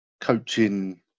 coaching